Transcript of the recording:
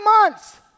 months